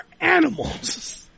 animals